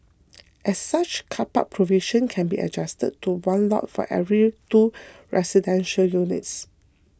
as such car park provision can be adjusted to one lot for every two residential units